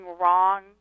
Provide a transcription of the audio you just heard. wrong